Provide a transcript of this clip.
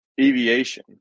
Aviation